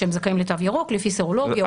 שהם זכאים לתו ירוק לפי סרולוגיה.